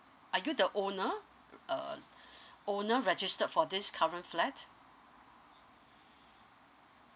are you the owner uh owner registered for this current flat